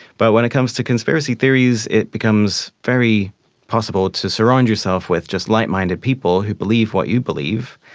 but when it comes to conspiracy theories it becomes very possible to surround yourself with just like-minded people who believe what you believe.